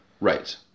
Right